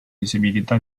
disabilità